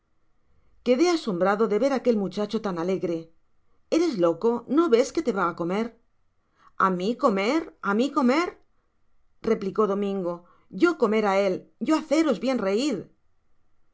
quedé asombrado de ver aquel muchacho tan alegre eres loco no ves que te va á comer a mí comer á mí comer replicó domingo yo comer á él yo haceros bien reir